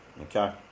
Okay